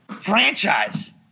franchise